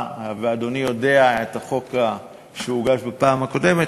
ואדוני יודע את החוק שהוגש בפעם הקודמת.